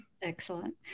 Excellent